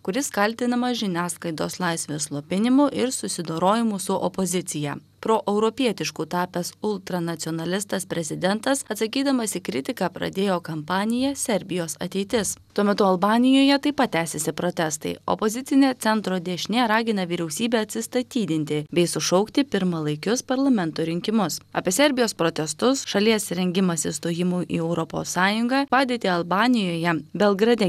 kuris kaltinamas žiniasklaidos laisvės slopinimu ir susidorojimu su opozicija proeuropietišku tapęs ultranacionalistas prezidentas atsakydamas į kritiką pradėjo kampaniją serbijos ateitis tuo metu albanijoje taip pat tęsiasi protestai opozicinė centro dešinė ragina vyriausybę atsistatydinti bei sušaukti pirmalaikius parlamento rinkimus apie serbijos protestus šalies rengimąsi stojimui į europos sąjungą padėtį albanijoje belgrade